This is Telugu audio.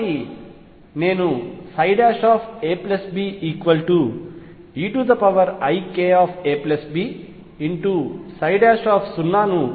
కాబట్టి నేనుabeikabψ ను పొందబోతున్నాను